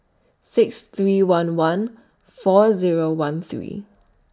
six three one one four Zero one three